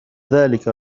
ذلك